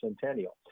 centennial